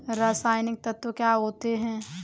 रसायनिक तत्व क्या होते हैं?